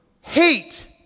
hate